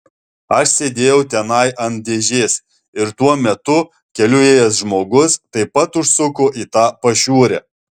aš sėdėjau tenai ant dėžės ir tuo metu keliu ėjęs žmogus taip pat užsuko į tą pašiūrę